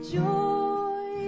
joy